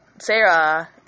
Sarah